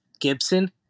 Gibson